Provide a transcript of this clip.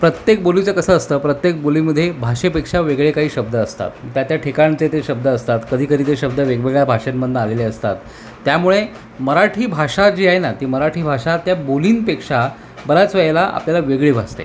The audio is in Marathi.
प्रत्येक बोलीचं कसं असतं प्रत्येक बोलीमध्ये भाषेपेक्षा वेगळे काही शब्द असतात म् त्या त्या ठिकाणचे ते शब्द असतात कधीकधी ते शब्द वेगवेगळ्या भाषांमधनं आलेले असतात त्यामुळे मराठी भाषा जी आहे ना ती मराठी भाषा त्या बोलीं पेक्षा बऱ्याच वेळेला आपल्याला वेगळी भासते